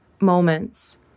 moments